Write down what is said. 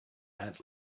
ants